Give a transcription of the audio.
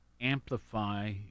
amplify